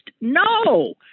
No